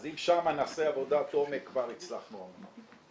אז אם שם נעשה עבודת עומק כבר הצלחנו המון.